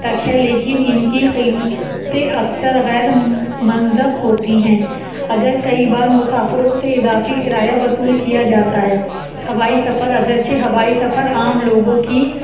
تک ہے لیکن ان کی قیمتیں اکثر غیر منضبط ہوتی ہیں اگر کئی بار مسافروں سے اضافی کرایہ وصول کیا جاتا ہے ہوائی سفر اگرچہ ہوائی سفر عام لوگوں کی